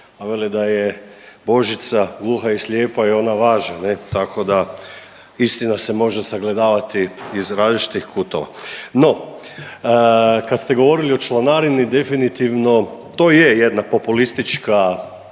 Vele da je božica gluha i slijepa i ona važe, tako da istina se može sagledati iz različitih kutova. No, kada ste govorili o članarini, definitivno to je jedna populistička